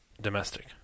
domestic